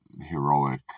heroic